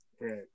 Right